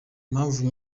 impamvu